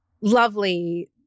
lovely